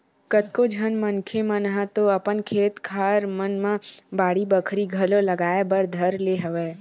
कतको झन मनखे मन ह तो अपन खेत खार मन म बाड़ी बखरी घलो लगाए बर धर ले हवय